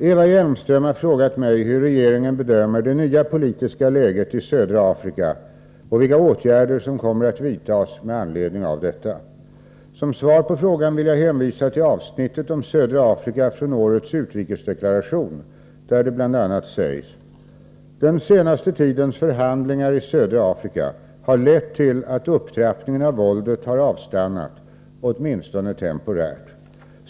Eva Hjelmström har frågat mig hur regeringen bedömer det nya politiska läget i södra Afrika och vilka åtgärder som kommer att vidtas med anledning av detta. Som svar på frågan vill jag hänvisa till avsnittet om södra Afrika från årets ”Den senaste tidens förhandlingar i södra Afrika har lett till att upptrappningen av våldet har avstannat — åtminstone temporärt.